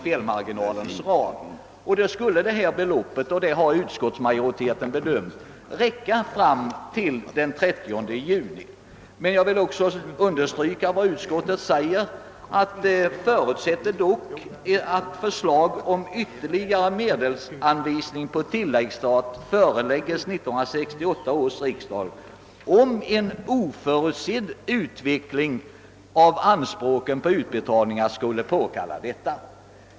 Beloppet skulle alltså räcka fram till den 30 juni. Jag vill dock inte påstå att denna beräkning är absolut riktig. Utskottet skriver också att det förutsätter »att förslag om ytterligare medelsanvisning på tilläggsstat föreläggs 1968 års riksdag om en oförutsedd utveckling av anspråken på utbetalningar skulle påkalla detta».